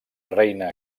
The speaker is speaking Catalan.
reina